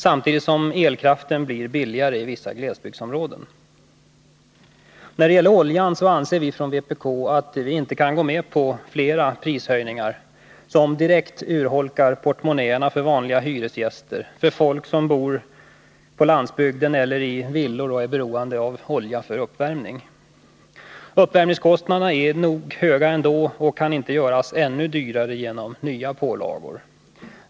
samtidigt som elkraften föreslås bli billigare i vissa glesbygdsområden. När det gäller oljan kan vi från vpk inte gå med på fler prishöjningar som direkt urholkar portmonnäerna för vanliga hyresgäster, för människor som bor på landsbygden eller i villor och som är beroende av olja för uppvärmning. Uppvärmningskostnaderna är höga nog ändå och bör inte höjas ytterligare genom nya pålagor.